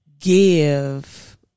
give